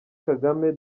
kagame